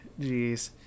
Jeez